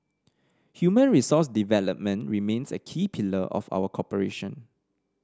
human resource development remains a key pillar of our cooperation